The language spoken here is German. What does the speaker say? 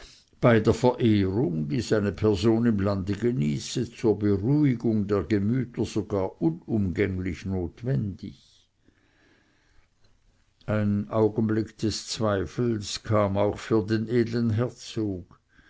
bei der verehrung die seine person im lande genieße zur beruhigung der gemüter sogar unumgänglich notwendig ein augenblick des zweifels kam auch für den edlen herzog